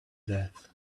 death